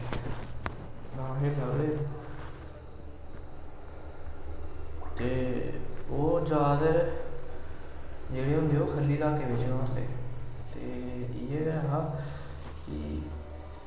ते ओह् जादै जेह्ड़े होंदे ओह् खल्ले लाह्के बिच्च होंदे ते इयै हा कि